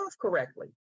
correctly